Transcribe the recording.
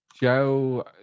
Joe